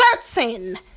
certain